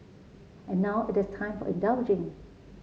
and now it is time for indulging